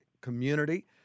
community